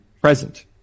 present